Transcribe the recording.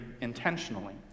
intentionally